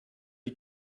die